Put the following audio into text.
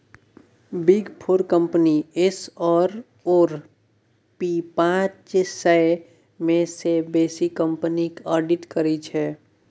big four company S आओर P पाँच सय मे सँ बेसी कंपनीक आडिट करै छै